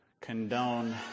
condone